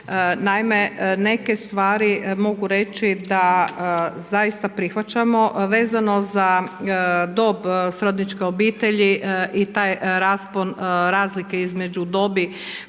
Naime, neke stvari mogu reći da zaista prihvaćamo vezano za dob srodničke obitelji i taj raspon razlike između dobi